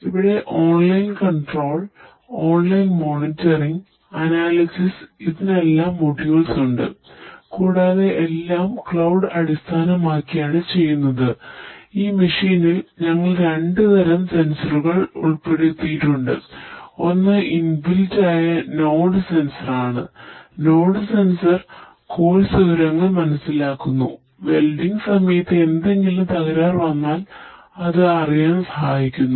ഇവിടെ online control സമയത്ത് എന്തെങ്കിലും തകരാർ വന്നാൽ അത് അറിയാൻ സഹായിക്കുന്നു